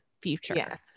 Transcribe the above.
future